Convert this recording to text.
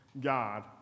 God